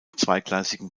zweigleisigen